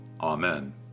Amen